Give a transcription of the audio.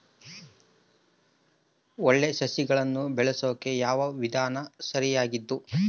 ಒಳ್ಳೆ ಸಸಿಗಳನ್ನು ಬೆಳೆಸೊಕೆ ಯಾವ ವಿಧಾನ ಸರಿಯಾಗಿದ್ದು?